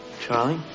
Charlie